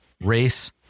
race